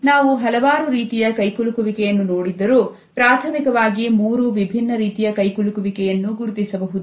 ನಾವು ಹಲವಾರು ರೀತಿಯ ಕೈಕುಲುಕುವಿಕೆಯನ್ನು ನೋಡಿದ್ದರು ಪ್ರಾಥಮಿಕವಾಗಿ ಮೂರು ವಿಭಿನ್ನ ರೀತಿಯ ಕೈಕುಲುಕುವಿಕೆಯನ್ನು ಗುರುತಿಸಬಹುದು